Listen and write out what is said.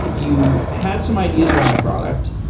you had some ideas around a product.